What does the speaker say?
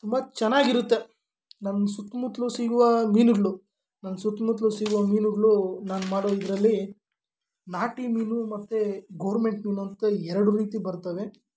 ತುಂಬ ಚೆನ್ನಾಗಿರುತ್ತೆ ನಮ್ಮ ಸುತ್ತಮುತ್ಲು ಸಿಗುವ ಮೀನುಗಳು ನಮ್ಮ ಸುತ್ತಮುತ್ಲು ಸಿಗುವ ಮೀನುಗಳು ನಾನು ಮಾಡೋ ಇದರಲ್ಲಿ ನಾಟಿ ಮೀನು ಮತ್ತು ಗೋರ್ಮೆಂಟ್ ಮೀನು ಅಂತ ಎರಡು ರೀತಿ ಬರ್ತವೆ